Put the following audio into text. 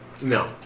No